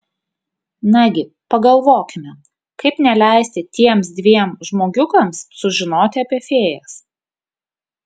nagi pagalvokime kaip neleisti tiems dviem žmogiukams sužinoti apie fėjas